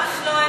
ממש לא.